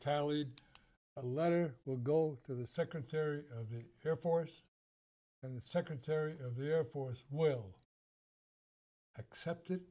tally a letter will go to the secretary of the air force and the secretary of the air force well accepted